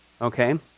Okay